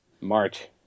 March